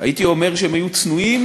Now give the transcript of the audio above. הייתי אומר שהם צנועים,